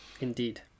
indeed